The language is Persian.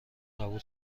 قبول